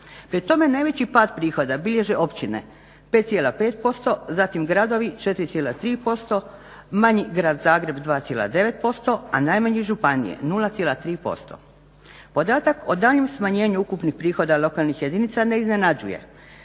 Pri tome najveći pad prihoda bilježe općine 5,5%, zatim gradovi 4,3%, manji grad Zagreb 2,9%, a najmanje županije 0,3%. Podatak o daljnjem smanjenju ukupnih prihoda lokalnih jedinica ne iznenađuje